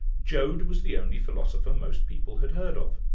joad was the only philosopher most people had heard of.